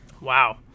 Wow